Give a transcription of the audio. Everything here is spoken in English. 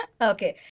Okay